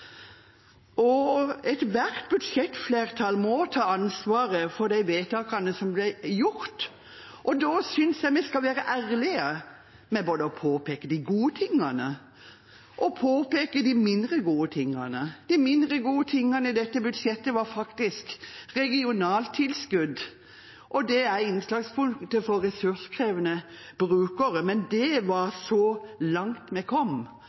imellom. Ethvert budsjettflertall må ta ansvar for de vedtakene som blir gjort. Da synes jeg vi skal være ærlige både når det gjelder å påpeke de gode tingene og de mindre gode tingene. De mindre gode tingene i dette budsjettet var faktisk regionaltilskudd, og det er innslagspunktet for ressurskrevende brukere, men det var så langt vi kom.